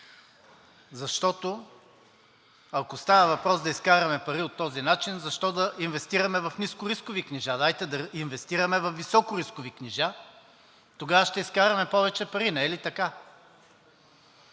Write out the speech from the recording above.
Защото, ако става въпрос да изкараме пари по този начин, защо да инвестираме в нискорискови книжа? Дайте да инвестираме във високорискови книжа, тогава ще изкараме повече пари, не е ли така?